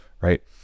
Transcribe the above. Right